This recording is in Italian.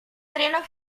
treno